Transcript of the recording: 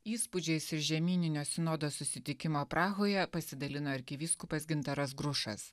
įspūdžiais iš žemyninio sinodo susitikimo prahoje pasidalino arkivyskupas gintaras grušas